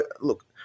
look